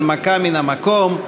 הנמקה מן המקום.